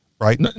Right